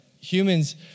humans